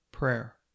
Prayer